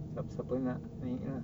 siapa-siapa nak naik ah